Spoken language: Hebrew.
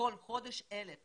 כל חודש 1,000 שקלים.